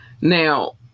Now